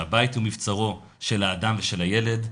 שהבית הוא מבצרו של האדם ושל הילד,